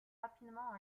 rapidement